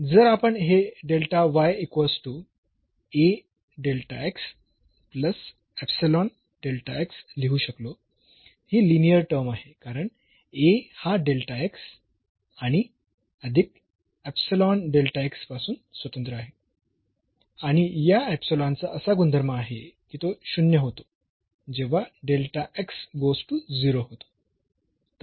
म्हणून जर आपण हे लिहू शकलो ही लिनीअर टर्म आहे कारण A हा आणि पासून स्वतंत्र आहे आणि या चा असा गुणधर्म आहे की तो 0 होतो जेव्हा होतो